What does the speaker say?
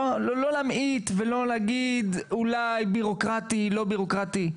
לא להמעיט ולא להגיד אולי ביורוקרטי או לא ביורוקרטי.